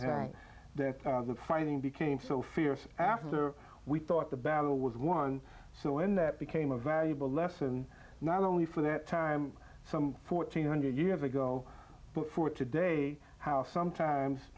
him that the finding became so fierce after we thought the battle was won so in that became a valuable lesson not only for that time some fourteen hundred years ago but for today how sometimes